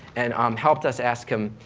and, um, helped us ask him.